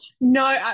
no